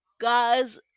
guys